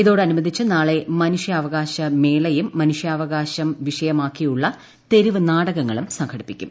ഇതോടനുബന്ധിച്ച് നാളെ മനുഷ്യാവകാശ മേളയും മനുഷ്യാവകാശം വിഷയമാക്കിയുള്ള തെരുവ് നാടകങ്ങളും സംഘടിപ്പിക്കും